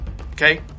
Okay